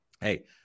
Hey